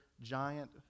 giant